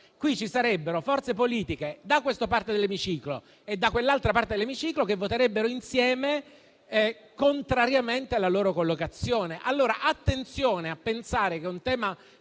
Ci sarebbero forze politiche da questa parte dell'Emiciclo e da quell'altra parte che voterebbero insieme, contrariamente alla loro collocazione. Allora attenzione, perché credo